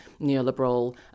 neoliberal